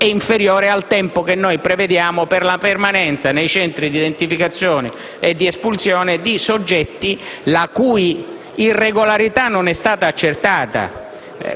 è inferiore al tempo che noi prevediamo per la permanenza nei centri identificazione e di espulsione di soggetti la cui irregolarità non è stata accertata